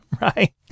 right